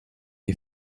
est